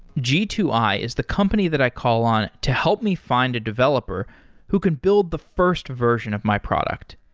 g two i is the company that i call on to help me find a developer who can build the first version of my product.